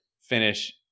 finish